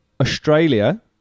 Australia